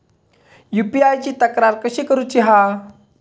UPI ची तक्रार कशी करुची हा?